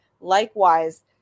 likewise